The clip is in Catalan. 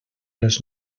les